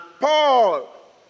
Paul